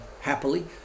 happily